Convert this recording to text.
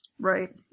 Right